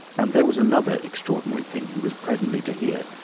and there was another extraordinary thing he was presently to hear,